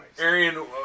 Arian